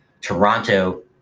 Toronto